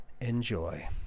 Enjoy